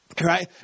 right